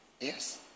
Yes